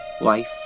Life